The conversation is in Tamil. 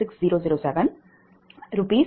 335269481 𝑅s𝑀Wℎ𝑟 என்றாகும்